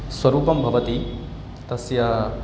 स्वरूपं भवति तस्य